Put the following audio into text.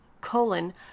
colon